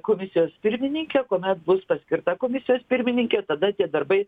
komisijos pirmininkė kuomet bus paskirta komisijos pirmininke tada tie darbai